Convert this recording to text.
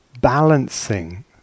Balancing